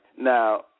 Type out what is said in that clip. now